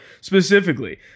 specifically